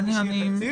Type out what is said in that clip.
שיהיה תקציב.